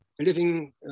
living